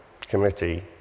committee